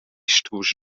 strusch